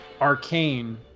Arcane